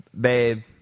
Babe